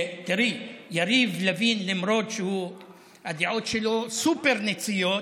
תראי, יריב לוין, למרות שהדעות שלו סופר-ניציות,